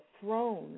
throne